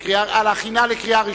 25 בעד, אחד נגד, אין נמנעים.